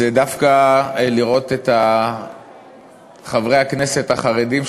זה דווקא לראות את חברי הכנסת החרדים,